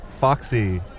Foxy